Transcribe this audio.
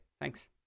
Thanks